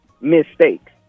mistakes